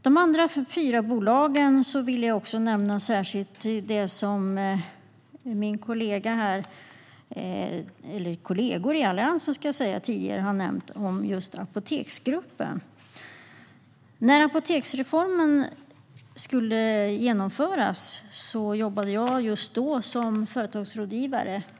Av de andra fyra bolagen vill jag särskilt nämna Apoteksgruppen, som mina kollegor i Alliansen tidigare har talat om. När apoteksreformen skulle genomföras jobbade jag som företagsrådgivare.